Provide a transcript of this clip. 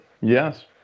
yes